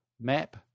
Map